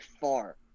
far